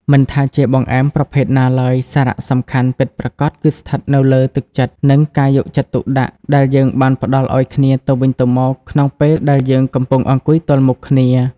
មិនថាជាបង្អែមប្រភេទណាឡើយ សារៈសំខាន់ពិតប្រាកដគឺស្ថិតនៅលើ «ទឹកចិត្ត» និង «ការយកចិត្តទុកដាក់» ដែលយើងបានផ្ដល់ឱ្យគ្នាទៅវិញទៅមកក្នុងពេលដែលយើងកំពុងអង្គុយទល់មុខគ្នា។